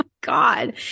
God